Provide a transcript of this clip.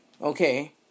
Okay